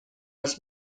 was